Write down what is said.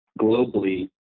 globally